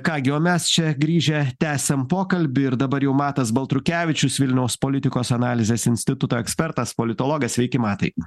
ką gi o mes čia grįžę tęsiam pokalbį ir dabar jau matas baltrukevičius vilniaus politikos analizės instituto ekspertas politologas sveiki matai